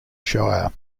shire